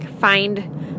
find